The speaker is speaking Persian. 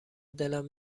دلم